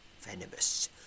venomous